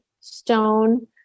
stone